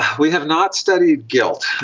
we have not studied guilt,